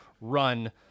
run